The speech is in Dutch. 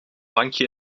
bankje